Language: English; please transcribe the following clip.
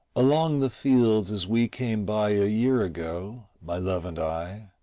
along the fields as we came by a year ago, my love and i,